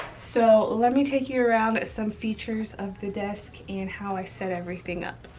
so let me take you around some features of the desk and how i set everything up.